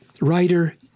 writer